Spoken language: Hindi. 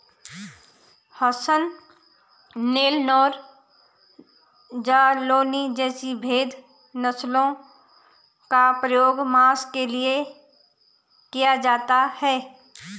हसन, नेल्लौर, जालौनी जैसी भेद नस्लों का प्रयोग मांस के लिए किया जाता है